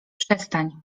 przestań